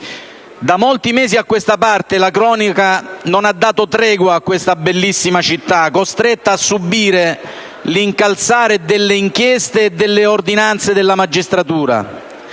Da molti mesi a questa parte la cronaca non ha dato tregua a questa bellissima città, costretta a subire l'incalzare delle inchieste e delle ordinanze della magistratura: